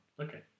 okay